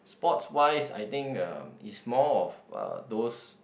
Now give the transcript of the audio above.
sports wise I think uh it's more of uh those